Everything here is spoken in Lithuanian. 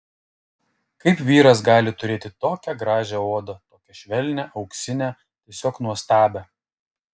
kaip vyras gali turėti tokią gražią odą tokią švelnią auksinę tiesiog nuostabią